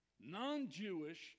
non-Jewish